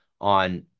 on